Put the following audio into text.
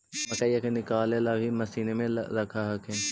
मकईया के निकलबे ला भी तो मसिनबे रख हखिन?